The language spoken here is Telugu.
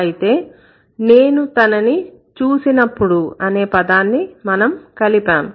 అయితే 'నేను తనని చూసినప్పుడు' అనే పదాన్ని మనం కలిపాము